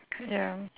ya